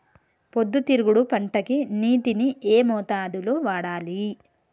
పొద్దుతిరుగుడు పంటకి నీటిని ఏ మోతాదు లో వాడాలి?